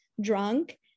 drunk